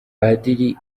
padiri